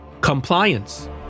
Compliance